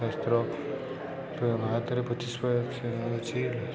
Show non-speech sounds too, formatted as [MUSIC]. ଶାସ୍ତ୍ର ତ [UNINTELLIGIBLE] ଅଛି